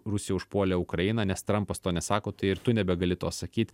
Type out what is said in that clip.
rusija užpuolė ukrainą nes trampas to nesako tai ir tu nebegali to sakyt